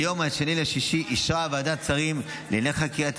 ביום 2 ביוני אישרה ועדת שרים לענייני חקיקה את